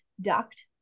duct